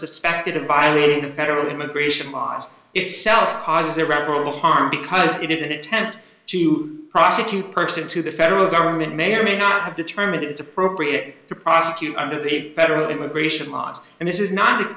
suspected of violating federal immigration laws itself causes irreparable harm because it is an attempt to prosecute person to the federal government may or may not determine it's appropriate to prosecute under the federal immigration laws and this is not